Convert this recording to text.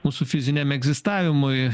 mūsų fiziniam egzistavimui